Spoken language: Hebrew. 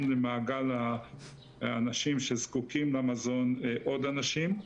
למעגל האנשים שזקוקים למזון עוד אנשים.